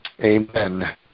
amen